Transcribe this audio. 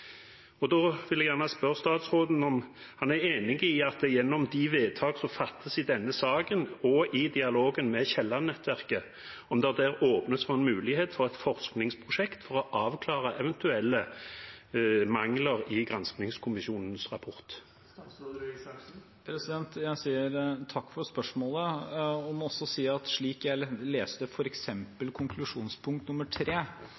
Da vil jeg gjerne spørre statsråden om han er enig i at det gjennom de vedtak som fattes i denne saken, og i dialogen med Kielland-nettverket åpnes for en mulighet for forskningsprosjekt for å avklare eventuelle mangler i granskningskommisjonens rapport. Takk for spørsmålet. Jeg må si at slik jeg